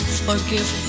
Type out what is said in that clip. forgive